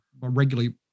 regularly